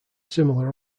similar